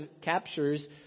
captures